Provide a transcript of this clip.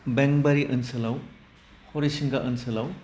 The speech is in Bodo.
बेंबारि ओनसोलाव हरिसिंगा ओनसोलाव